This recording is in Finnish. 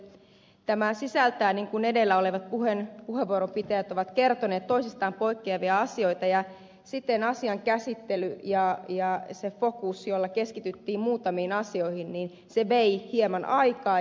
tämä sisältää niin kuin edellä olevat puheenvuoronpitäjät ovat kertoneet toisistaan poikkeavia asioita ja siten asian käsittely ja se fokus jolla keskityttiin muutamiin asioihin vei hieman aikaa